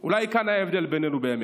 אולי כאן ההבדל בינינו, באמת.